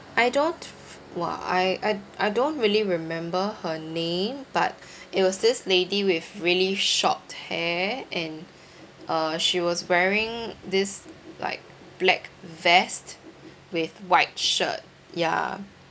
I don't !wah! I I d~ I don't really remember her name but it was this lady with really short hair and uh she was wearing this like black vest with white shirt ya